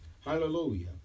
Hallelujah